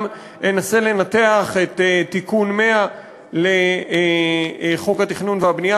אנסה לנתח את תיקון 100 לחוק התכנון והבנייה,